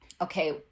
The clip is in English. okay